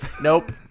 Nope